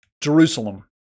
Jerusalem